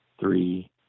Three